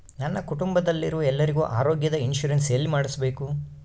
ನನ್ನ ಕುಟುಂಬದಲ್ಲಿರುವ ಎಲ್ಲರಿಗೂ ಆರೋಗ್ಯದ ಇನ್ಶೂರೆನ್ಸ್ ಎಲ್ಲಿ ಮಾಡಿಸಬೇಕು?